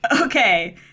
Okay